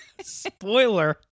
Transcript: Spoiler